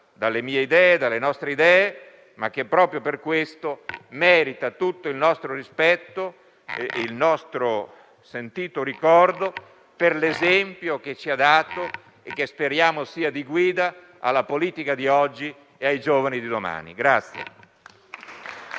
lontano dalle nostre idee, ma che proprio per questo merita tutto il nostro rispetto e il nostro sentito ricordo per l'esempio che ci ha dato e che speriamo sia di guida alla politica di oggi e ai giovani di domani.